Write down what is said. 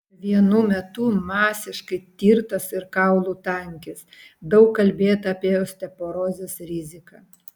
vienu metu masiškai tirtas ir kaulų tankis daug kalbėta apie osteoporozės riziką